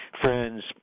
friends